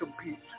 compete